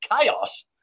chaos